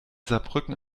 saarbrücken